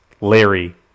Larry